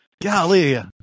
Golly